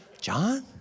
John